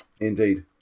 Indeed